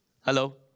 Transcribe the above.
Hello